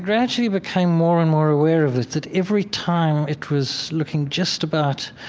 gradually became more and more aware of it, that every time it was looking just about